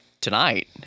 tonight